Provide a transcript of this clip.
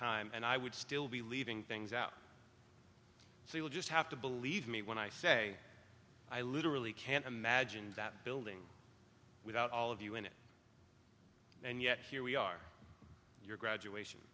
time and i would still be leaving things out so you'll just have to believe me when i say i literally can't imagine that building without all of you in it and yet here we are your graduation